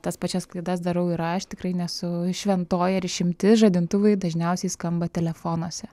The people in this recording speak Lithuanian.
tas pačias klaidas darau ir aš tikrai nesu šventoji ar išimtis žadintuvai dažniausiai skamba telefonuose